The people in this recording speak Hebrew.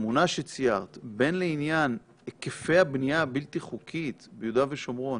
התמונה שציירת בין לעניין היקפי הבנייה הבלתי חוקית ביהודה ושומרון